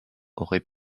aurait